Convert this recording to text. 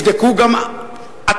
נבדקו גם עתה.